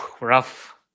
rough